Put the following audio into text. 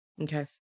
Okay